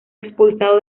expulsado